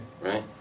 Right